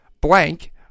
Blank